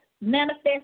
manifest